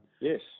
Yes